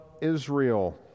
Israel